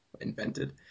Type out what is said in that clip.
Invented